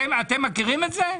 אתם מכירים את זה?